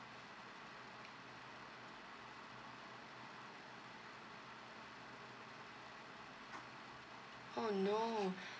oh no